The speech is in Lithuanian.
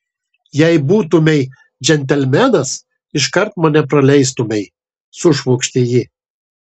jei būtumei džentelmenas iškart mane praleistumei sušvokštė ji